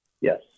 yes